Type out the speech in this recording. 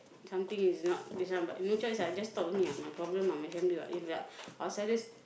something is not this one but no choice ah just talk only ah my problem ah my family what if got outsiders